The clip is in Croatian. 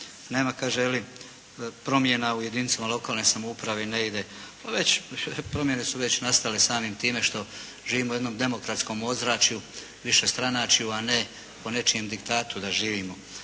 nema, kaže, promjena u jedinicama lokalne samouprave i ne ide. Pa već promjene su već nastale samim time što živimo u jednom demokratskom ozračju, višestranačju, a ne po nečijem diktatu da živimo.